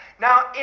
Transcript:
Now